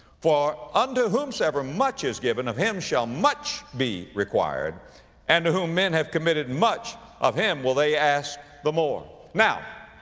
for unto whomsoever much is given, of him shall much be required and to whom men have committed much, of him will they ask the more. now,